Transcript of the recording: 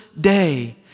day